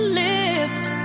lift